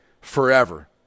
forever